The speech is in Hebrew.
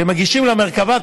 כשמגישים למרכב"ה,